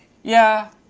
yeah.